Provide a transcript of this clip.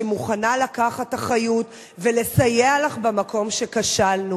שמוכנה לקחת אחריות ולסייע לך במקום שכשלנו,